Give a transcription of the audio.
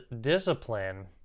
discipline